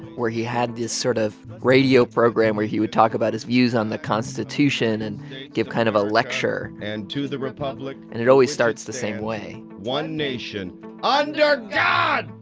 where he had this sort of radio program where he would talk about his views on the constitution and give kind of a lecture and to the republic. and it always starts the same way one nation ah under god,